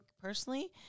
personally